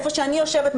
היכן שאני יושבת,